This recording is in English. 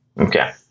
Okay